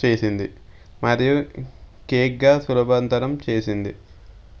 చేసింది మరియు కేక్గా సులబాంతరం చేసింది